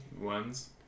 Ones